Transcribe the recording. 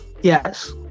yes